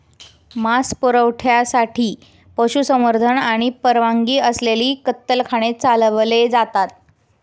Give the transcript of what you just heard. मांस पुरवठ्यासाठी पशुसंवर्धन आणि परवानगी असलेले कत्तलखाने चालवले जातात